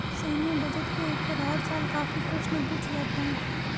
सैन्य बजट के ऊपर हर साल काफी प्रश्न पूछे जाते हैं